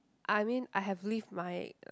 I mean I have lived my like